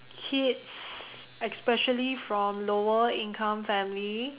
kids especially from lower income family